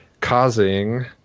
causing